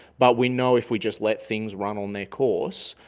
but we know if we just let things run on their course,